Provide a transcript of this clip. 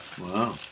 Wow